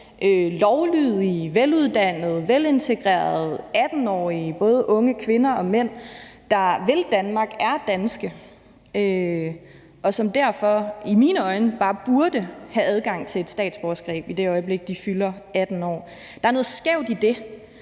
lovlydige, veluddannede, velintegrerede 18-årige både kvinder og mænd, der vil Danmark, er danske, og som derfor i mine øjne bare burde have adgang til et statsborgerskab i det øjeblik, de fylder 18 år. Der er noget skævt i det,